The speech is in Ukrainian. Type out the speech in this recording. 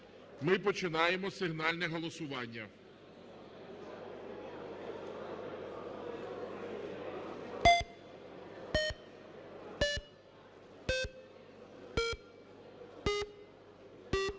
ми починаємо сигнальне голосування.